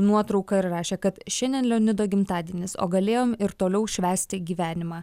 nuotrauka ir rašė kad šiandien leonido gimtadienis o galėjom ir toliau švęsti gyvenimą